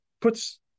puts